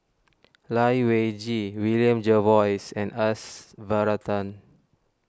Lai Weijie William Jervois and S Varathan